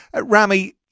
Rami